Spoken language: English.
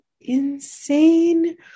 insane